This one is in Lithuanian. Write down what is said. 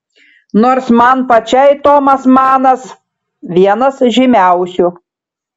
nors man pačiai tomas manas vienas žymiausių